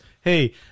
Hey